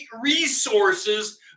resources